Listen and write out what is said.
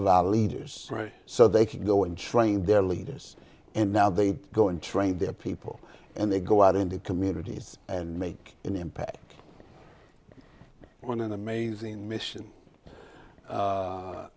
of our leaders so they can go and train their leaders and now they go and train their people and they go out into communities and make an impact on an amazing mission